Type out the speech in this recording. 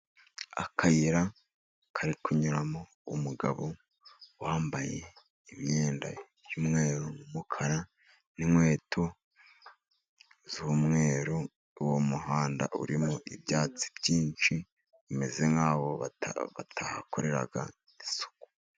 Akayira kari kunyuramo umugabo wambaye imyenda y'umweru n'umukara n'inkweto z'umweru, uwo muhanda urimo ibyatsi byinshi bimeze nk'aho batahakorera isuku.